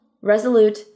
resolute